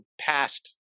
past